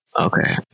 Okay